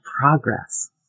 progress